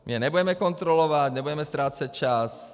My je nebudeme kontrolovat, nebudeme ztrácet čas.